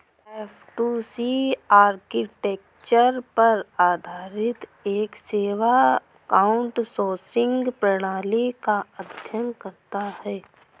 F two C architecture पर आधारित एक सेवा आउटसोर्सिंग प्रणाली का अध्ययन करता है